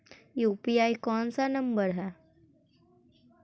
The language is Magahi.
यु.पी.आई कोन सा नम्बर हैं?